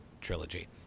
trilogy